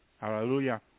Hallelujah